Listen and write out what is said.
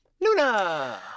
Luna